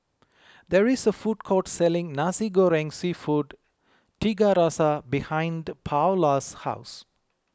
there is a food court selling Nasi Goreng Seafood Tiga Rasa behind Paola's house